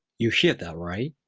you hear that right?